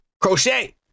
Crochet